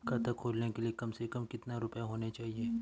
खाता खोलने के लिए कम से कम कितना रूपए होने चाहिए?